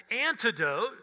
antidote